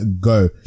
Go